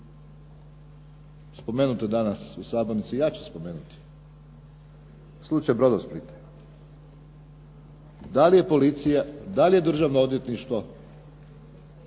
Spomenuto je danas u sabornici i ja ću spomenuti slučaj Brodosplita. Da li je policija, da li je državno odvjetništvo